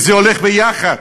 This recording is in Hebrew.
וזה הולך ביחד,